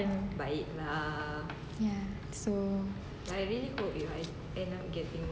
ya so